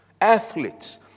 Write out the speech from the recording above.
athletes